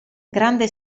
grande